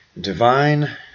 Divine